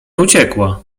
uciekła